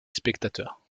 spectateur